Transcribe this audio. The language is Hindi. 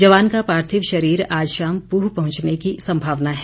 जवान का पार्थिव शरीर आज शाम पूह पहुंचने की संभावना है